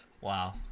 Wow